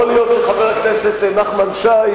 יכול להיות שחבר הכנסת נחמן שי,